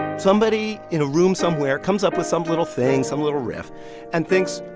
somebody in a room somewhere comes up with some little thing, some little riff and thinks,